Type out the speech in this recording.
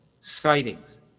sightings